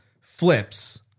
flips